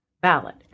ballot